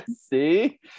See